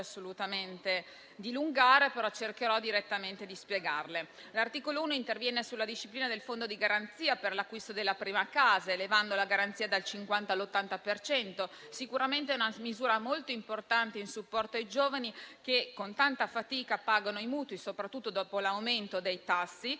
L'articolo 1 interviene sulla disciplina del Fondo di garanzia per l'acquisto della prima casa, elevando la garanzia dal 50 all'80 per cento. Questa è sicuramente una misura molto importante in supporto ai giovani che con tanta fatica pagano i mutui, soprattutto dopo l'aumento dei tassi,